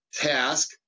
Task